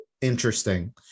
Interesting